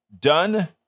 done